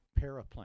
Paraplane